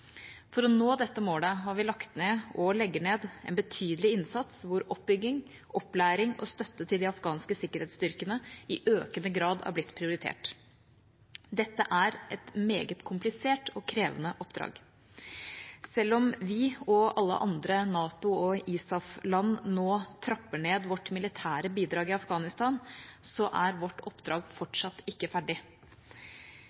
For å nå dette målet har vi lagt ned – og legger ned – en betydelig innsats, hvor oppbygging, opplæring og støtte til de afghanske sikkerhetsstyrkene i økende grad har blitt prioritert. Dette er et meget komplisert og krevende oppdrag. Selv om vi, og alle andre NATO- og ISAF-land, nå trapper ned vårt militære bidrag i Afghanistan, er vårt oppdrag